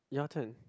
your turn